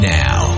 now